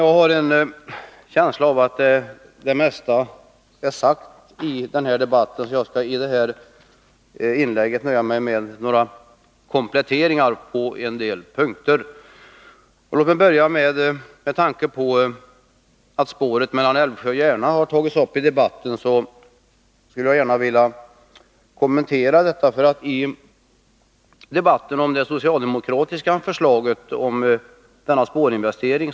Jag har en känsla av att det mesta är sagt i den här debatten, så jag skall i mitt inlägg nöja mig med några kompletteringar på en del punkter. Låt mig börja med att kommentera det socialdemokratiska förslaget om en spårinvestering på sträckan Älvsjö-Järna, eftersom den frågan har tagits upp i debatten.